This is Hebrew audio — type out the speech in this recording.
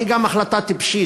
אבל היא גם החלטה טיפשית.